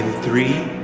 three,